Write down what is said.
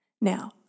Now